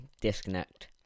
Disconnect